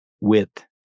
width